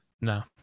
No